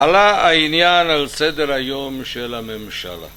עלה העניין על סדר היום של הממשלה.